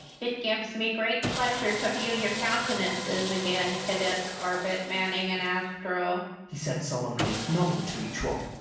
it gives me great pleasure to view your countenances again, cadets corbett, manning, and astro, he said solemnly, nodding to each one.